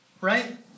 Right